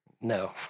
No